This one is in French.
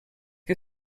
que